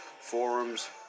forums